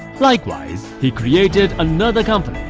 likewise, he created another company,